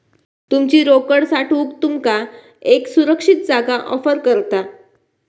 तुमची रोकड साठवूक तुमका एक सुरक्षित जागा ऑफर करता